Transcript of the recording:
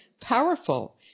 powerful